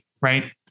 right